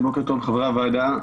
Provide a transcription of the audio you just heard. בוקר טוב, חברי הוועדה.